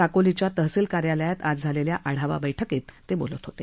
साकोलीच्या तहसिल कार्यालयात आज झालेल्या आढावा बैठकीत ते बोलत होते